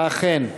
אכן.